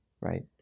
right